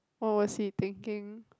what was he thinking